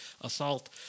assault